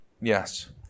Yes